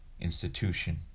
institution